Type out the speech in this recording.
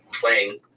playing